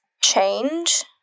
change